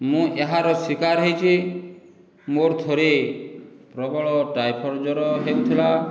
ମୁଁ ଏହାର ଶିକାର ହୋଇଛି ମୋ'ର ଥରେ ପ୍ରବଳ ଟାଇଫଏଡ଼ ଜର ହେଉଥିଲା